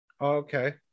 Okay